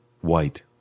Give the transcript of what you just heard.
White